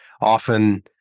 often